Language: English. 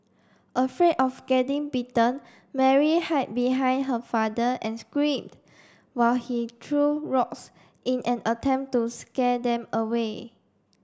afraid of getting bitten Mary hid behind her father and screamed while he threw rocks in an attempt to scare them away